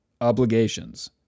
obligations